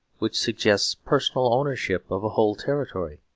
which suggests personal ownership of a whole territory.